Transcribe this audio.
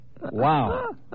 Wow